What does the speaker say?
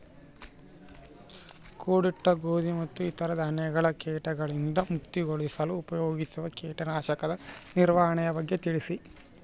ಕೂಡಿಟ್ಟ ಗೋಧಿ ಮತ್ತು ಇತರ ಧಾನ್ಯಗಳ ಕೇಟಗಳಿಂದ ಮುಕ್ತಿಗೊಳಿಸಲು ಉಪಯೋಗಿಸುವ ಕೇಟನಾಶಕದ ನಿರ್ವಹಣೆಯ ಬಗ್ಗೆ ತಿಳಿಸಿ?